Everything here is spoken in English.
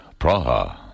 Praha